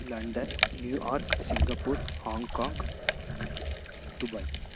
London New York Singapore Hong Kong Dubai